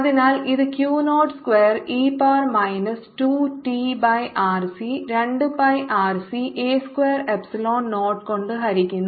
അതിനാൽ ഇത് Q nought square e power minus 2 t by RC 2 pi RC a square epsilon nought കൊണ്ട് ഹരിക്കുന്നു